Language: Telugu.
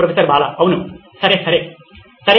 ప్రొఫెసర్ బాలా అవును సరే సరే సరే